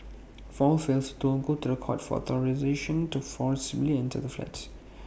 all fails IT will go to The Court for authorisation to forcibly enter the flats